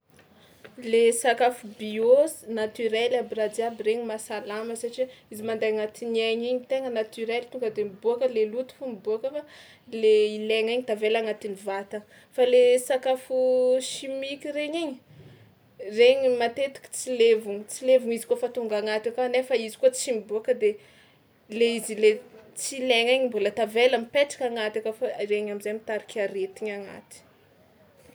Le sakafo bio s- naturel aby raha jiaby regny mahasalama satria izy mandeha agnatin'ny aigna igny tegna naturel tonga de miboaka le loto fo miboaka fa le ilaigna igny tavela agnatin'ny vatagna, fa le sakafo chimique regny igny, regny matetika tsy levona tsy levona izy kaofa tonga agnaty akao nefa izy koa tsy miboaka de le izy le tsy ilaigna igny mbôla tavela mipetraka agnaty aka fao regny am'zay miteraka aretigna agnaty.